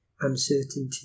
uncertainty